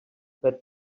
that